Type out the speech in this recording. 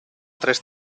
tres